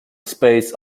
space